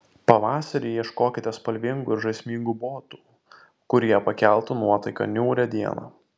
pavasarį ieškokite spalvingų ir žaismingų botų kurie pakeltų nuotaiką niūrią dieną